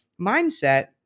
mindset